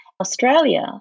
Australia